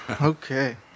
okay